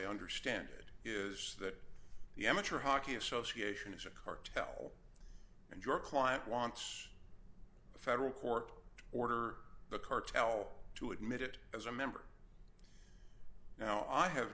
understand it is that the amateur hockey association is a cartel and your client wants a federal court order the cartel to admit it as a member now i have